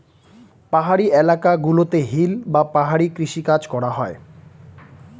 পাহাড়ি এলাকা গুলোতে হিল বা পাহাড়ি কৃষি কাজ করা হয়